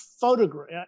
photograph